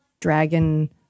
Dragon